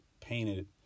painted